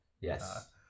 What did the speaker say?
Yes